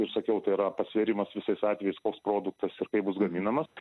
ir sakiau tai yra pasvėrimas visais atvejais koks produktas ir kaip bus gaminamas